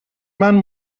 man